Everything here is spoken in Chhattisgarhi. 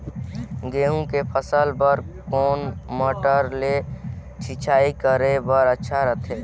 गहूं के फसल बार कोन मोटर ले सिंचाई करे ले अच्छा रथे?